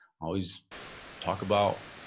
always talk about,